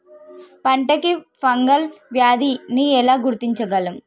పంట కి ఫంగల్ వ్యాధి ని ఎలా గుర్తించగలం?